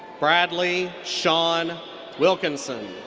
bradly shawn wilkinson.